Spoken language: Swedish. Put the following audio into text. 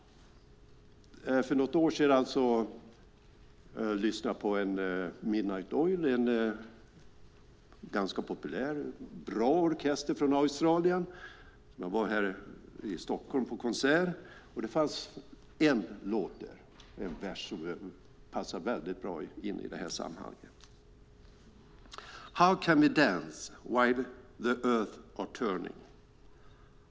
För något år sedan lyssnade jag på Midnight Oil, en ganska populär och bra musikgrupp från Australien. De var här i Stockholm på konsert. Det var en låt där som har en vers som passar väldigt bra i det här sammanhanget: How can we dance when our earth is turning?